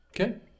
Okay